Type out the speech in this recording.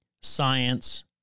Science